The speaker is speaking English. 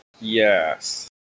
Yes